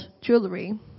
jewelry